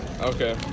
Okay